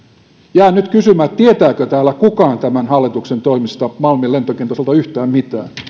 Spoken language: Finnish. jään nyt kysymään tietääkö täällä kukaan tämän hallituksen toimista malmin lentokentän osalta yhtään mitään